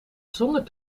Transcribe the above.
zonder